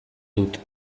dut